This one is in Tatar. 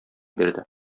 бирде